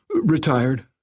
retired